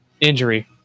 Injury